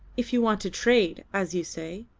if you want to trade as you say.